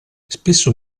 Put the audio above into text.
spesso